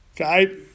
Okay